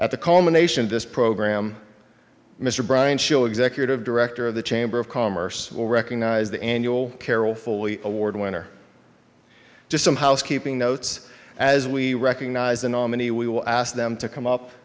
at the culmination of this program mr bryant show executive director of the chamber of commerce will recognize the annual carol fully award winner just some housekeeping notes as we recognize the nominee we will ask them to come up